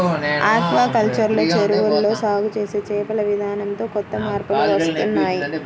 aquaculture లో చెరువుల్లో సాగు చేసే చేపల విధానంతో కొత్త మార్పులు వస్తున్నాయ్